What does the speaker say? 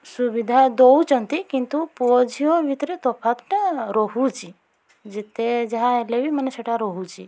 ସୁବିଧା ଦେଉଛନ୍ତି କିନ୍ତୁ ପୁଅ ଝିଅ ଭିତରେ ତଫାତ୍ ଟା ରହୁଛି ଯେତେ ଯାହା ହେଲେ ବି ମାନେ ସେଇଟା ହିଁ ରହୁଛି